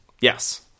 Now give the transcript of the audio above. Yes